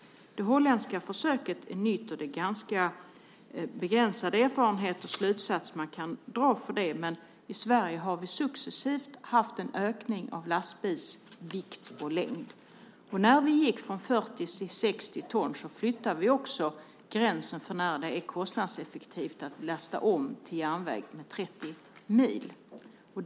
Det holländska försöket är nytt. De erfarenheter och slutsatser man kan dra av det är ganska begränsade, men i Sverige har vi successivt haft en ökning av lastbilars vikt och längd. När vi gick från 40 till 60 ton flyttade vi också gränsen för när det är kostnadseffektivt att lasta om till järnväg med 30 mil.